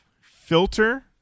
Filter